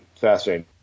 fascinating